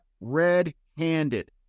red-handed